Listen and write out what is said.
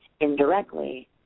indirectly